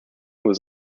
was